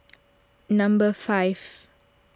number five